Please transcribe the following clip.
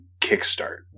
kickstart